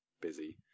busy